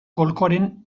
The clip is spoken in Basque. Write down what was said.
golkoaren